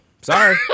Sorry